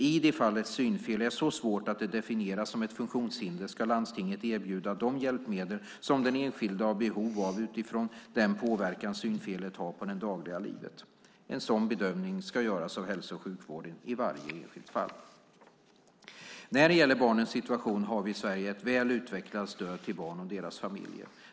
I de fall ett synfel är så svårt att det definieras som ett funktionshinder ska landstinget erbjuda de hjälpmedel som den enskilde har behov av utifrån den påverkan synfelet har på det dagliga livet. En sådan bedömning ska göras av hälso och sjukvården i varje enskilt fall. När det gäller barnens situation har vi i Sverige ett väl utvecklat stöd till barn och deras familjer.